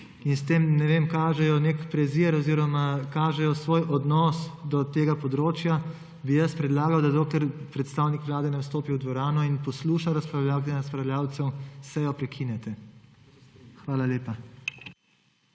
in s tem, ne vem, kažejo nek prezir oziroma kažejo svoj odnos do tega področja, bi predlagal, da dokler predstavnik Vlade ne vstopi v dvorano in posluša razpravljavk in razpravljavcev, sejo prekinete.